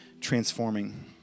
transforming